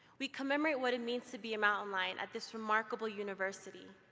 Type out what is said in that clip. we commemorate what it means to be a mountain lion at this remarkable university.